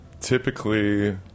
Typically